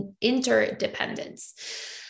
interdependence